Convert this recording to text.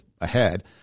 ahead